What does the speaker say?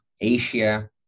Asia